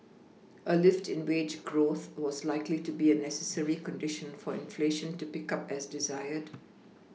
a lift in wage growth was likely to be a necessary condition for inflation to pick up as desired